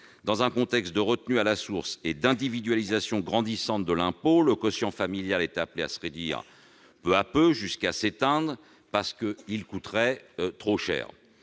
dans un contexte de retenue à la source et d'individualisation grandissante de l'impôt, le quotient familial est appelé à se réduire peu à peu, jusqu'à s'éteindre, parce qu'il coûterait trop cher.